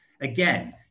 Again